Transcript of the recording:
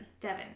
Devon